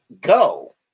Go